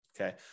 okay